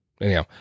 Anyhow